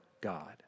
God